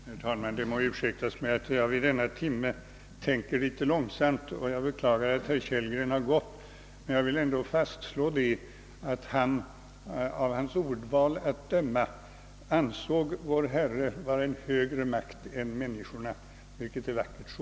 Herr talman! Det må ursäktas mig att jag vid denna timme tänker litet långsamt, och jag beklagar att herr Kellgren har gått. Men jag vill ändå fastslå att han, av hans ordval att döma, ändå ansåg Vår Herre vara en högre makt än människorna, vilket är vackert så.